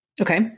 Okay